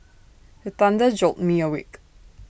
the thunder jolt me awake